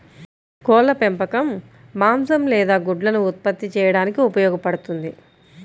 కోళ్ల పెంపకం మాంసం లేదా గుడ్లను ఉత్పత్తి చేయడానికి ఉపయోగపడుతుంది